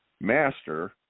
master